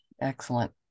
Excellent